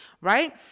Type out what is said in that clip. right